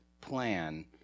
plan